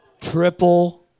triple